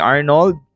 Arnold